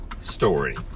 story